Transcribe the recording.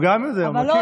הוא גם יודע, הוא מכיר.